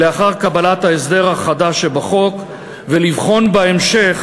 לאחר קבלת ההסדר החדש שבחוק ולבחון בהמשך